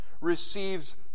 receives